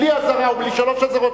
בלי אזהרה ובלי שלוש אזהרות,